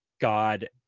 god